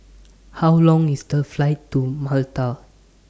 How Long IS The Flight to Malta